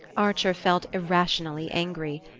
archer felt irrationally angry.